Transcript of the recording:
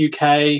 UK